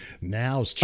now